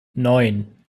neun